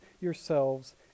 yourselves